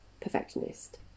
perfectionist